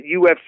UFC